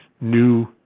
new